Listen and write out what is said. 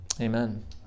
amen